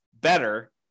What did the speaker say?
better